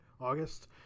August